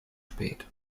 spät